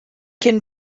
can